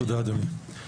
תודה אדוני.